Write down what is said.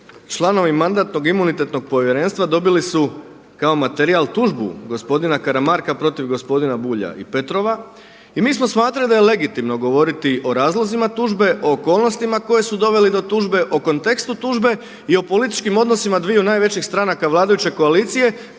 članovi Mandatno-imunitetnog povjerenstva dobili su kao materijal tužbu gospodina Karamarka protiv gospodina Bulja i Petrova. I mi smo smatrali da je legitimno govoriti o razlozima tužbe, o okolnostima koje su dovele do tužbe, o kontekstu tužbe i o političkim odnosima dviju najvećih stranaka vladajuće koalicije